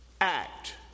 act